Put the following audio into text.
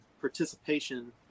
participation